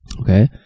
Okay